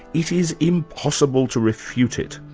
it is impossible to refute it.